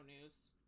news